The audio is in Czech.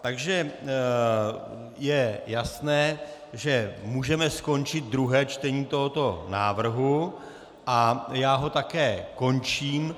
Takže je jasné, že můžeme skončit druhé čtení tohoto návrhu, a já ho také končím.